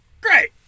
great